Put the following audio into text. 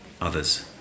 others